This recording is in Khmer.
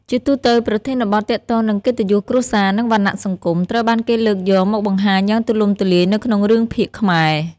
ជាទូទៅ ប្រធានបទទាក់ទងនឹងកិត្តិយសគ្រួសារ និងវណ្ណៈសង្គម ត្រូវបានគេលើកយកមកបង្ហាញយ៉ាងទូលំទូលាយនៅក្នុងរឿងភាគខ្មែរ។